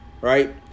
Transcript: Right